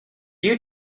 you